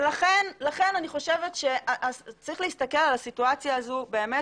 לכן אני חושבת שצריך להסתכל על הסיטואציה הזו באמת